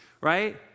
right